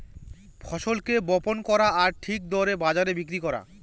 ফসলকে বপন করা আর ঠিক দরে বাজারে বিক্রি করা